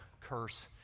curse